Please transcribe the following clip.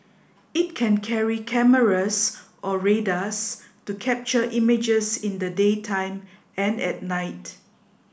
it can carry cameras or radars to capture images in the daytime and at night